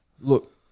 look